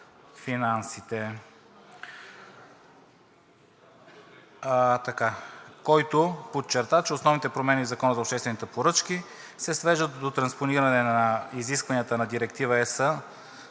който подчерта, че основните промени в Закона за обществените поръчки се свеждат до транспониране на изискванията на Директива (ЕС)